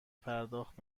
پرداخت